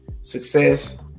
success